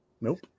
nope